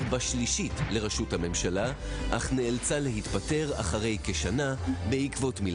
יש לה עבר וחשוב מאוד להכיר גם את האנשים שבנו את העבר הזה,